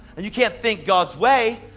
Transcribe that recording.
and you can't think god's way.